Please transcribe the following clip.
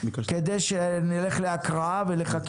כדי שנלך להקראה ולחקיקה.